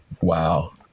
Wow